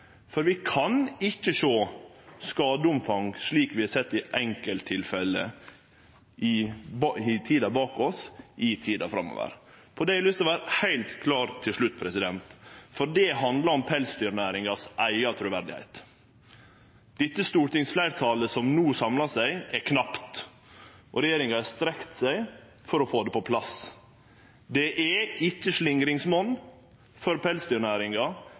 for vi kan ikkje sjå skadeomfang slik vi har sett i enkelttilfelle i tida vi har bak oss, i tida framover. På det har eg lyst til å vere heilt klar til slutt, for det handlar om pelsdyrnæringas eige truverde. Det stortingsfleirtalet som no samlar seg, er knapt, og regjeringa har strekt seg for å få dette på plass. Det er ikkje slingringsmon for pelsdyrnæringa